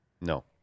No